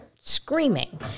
screaming